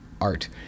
art